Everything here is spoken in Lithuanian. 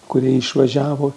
kurie išvažiavo